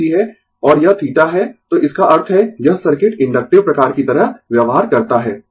और यह θ है तो इसका अर्थ है यह सर्किट इन्डक्टिव प्रकार की तरह व्यवहार करता है